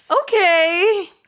okay